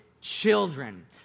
children